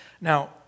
Now